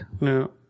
No